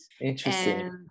Interesting